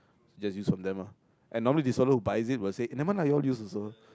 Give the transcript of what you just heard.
just use from them ah and normally these fellow who buys it will say eh never mind lah you all use also